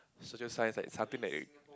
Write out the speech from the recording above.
social science like something like